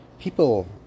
people